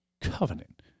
covenant